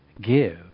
give